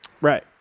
Right